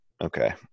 Okay